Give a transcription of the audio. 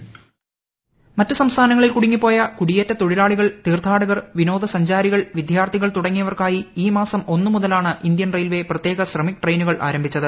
voice മറ്റ് സംസ്ഥാനങ്ങളിൽ കുടുങ്ങിപ്പോയ കുടിയേറ്റ തൊഴിലാളികൾ തീർത്ഥാടകർ വിനോദസഞ്ചാരികൾ വിദ്യാർത്ഥികൾ തുടങ്ങിയവർക്കായി ഈ മാസം ഒന്നു മുതലാണ് ഇന്ത്യൻ്റെയിൽവേ പ്രത്യേക ശ്രമിക് ട്രെയിനുകൾ ആരംഭിച്ചത്